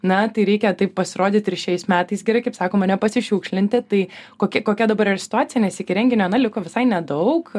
na tai reikia taip pasirodyt ir šiais metais gerai kaip sakoma nepasišiukšlinti tai kokia kokia dabar yra situacija nes iki renginio na liko visai nedaug